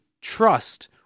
trust